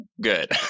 good